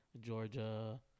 Georgia